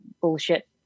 bullshit